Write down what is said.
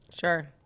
Sure